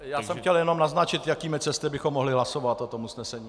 Já jsem chtěl jenom naznačit, jakými cestami bychom mohli hlasovat o tom usnesení.